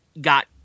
got